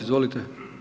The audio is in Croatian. Izvolite.